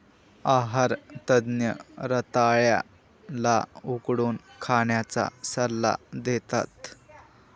आहार तज्ञ रताळ्या ला उकडून खाण्याचा सल्ला देतात